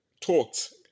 talked